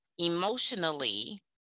emotionally